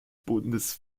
bundes